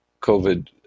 COVID